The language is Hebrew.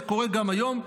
זה קורה גם היום,